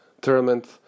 tournament